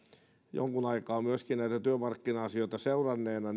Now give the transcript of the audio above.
jonkun aikaa myöskin näitä työmarkkina asioita seuranneena